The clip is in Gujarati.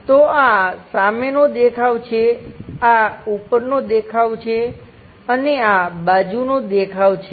તો આ સામેનો દેખાવ છે આ ઉપરનો દેખાવ છે અને આ બાજુનો દેખાવ છે